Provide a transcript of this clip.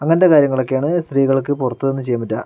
അങ്ങനത്തെ കാര്യങ്ങളൊക്കെയാണ് സ്ത്രീകൾക്ക് പുറത്ത് നിന്ന് ചെയ്യാൻ പറ്റുക